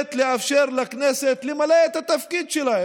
באמת לאפשר לכנסת למלא את התפקיד שלה,